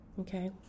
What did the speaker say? Okay